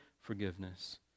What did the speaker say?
forgiveness